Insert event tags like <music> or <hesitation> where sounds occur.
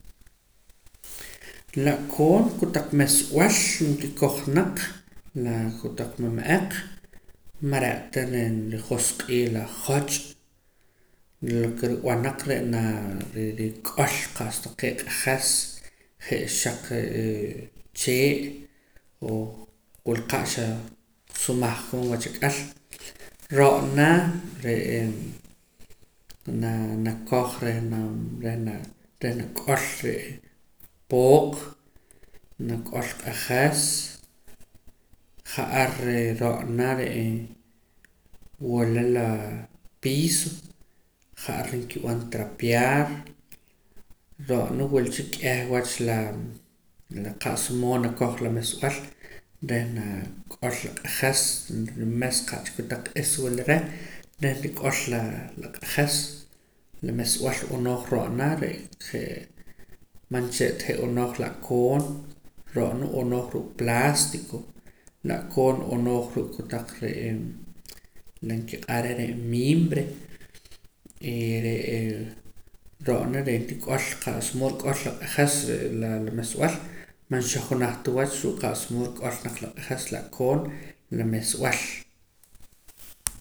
La'koon kotaq meesb'al nrikoj naq la kotaq mama'aq mare'ta ren rijosq'ii la joch' lo ke rib'an naq re' naa re' re' rik'ol qa's taqee' q'ajas je' xaq <hesitation> chee' oo wul qa' xaa sumaj koon wachak'al ro'na re'e naa nakoj reh naa reh na reh nak'ol re' pooq nak'ol q'ajas ja'ar re' ro'na re'ee wula laa piso ja'ar nkib'an trapear ro'na wul cha k'eh wach laa la qa'sa moo nakoj la mesb'al reh naak'ol la q'ajas nrimes qa'cha kotaq is wul reh reh rik'ol laa la q'ajas la mesb'al b'anooj ruu' ro'na re' je' man cha re'ta je' b'anooj la'koon ro'na b'anooj ruu' plástico la'koon b'anooj ruu' kotaq re'ee la nkiq'ar re' ree mimbre <hesitation> re'ee ro'na re' nrik'ol qa'sa moo nrik'ol la q'ajas laa la meesb'al man xajunaj ta cha ruu' qa's moo rik'ol naq laq'ajas la'koon la meesb'al